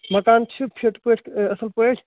مکان تہِ چھُ فِٹ پٲٹھۍ اصٕل پٲٹھۍ